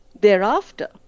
thereafter